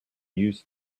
use